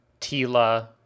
Tila